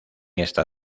esta